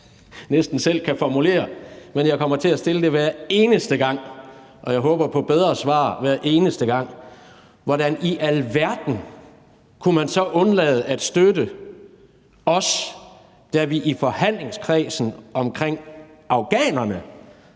næsten selv godt kan formulere, men jeg kommer til at stille det hver eneste gang, og jeg håber på bedre svar hver eneste gang: Hvordan i alverden kunne man så undlade at støtte os, da vi i forhandlingskredsen omkring afghanerne